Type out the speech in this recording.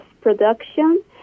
production